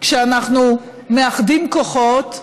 כשאנחנו מאחדים כוחות,